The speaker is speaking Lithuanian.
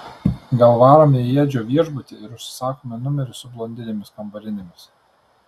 gal varome į edžio viešbutį ir užsisakome numerius su blondinėmis kambarinėmis